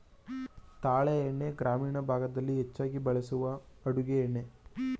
ತಾಳೆ ಎಣ್ಣೆ ಗ್ರಾಮೀಣ ಭಾಗದಲ್ಲಿ ಹೆಚ್ಚಾಗಿ ಬಳಸುವ ಅಡುಗೆ ಎಣ್ಣೆ